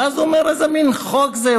ואז הוא אומר: איזה מין חוק זה,